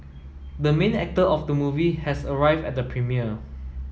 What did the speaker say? the main actor of the movie has arrived at the premiere